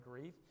grief